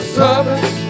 service